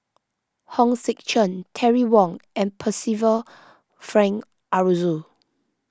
Hong Sek Chern Terry Wong and Percival Frank Aroozoo